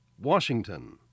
Washington